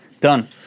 Done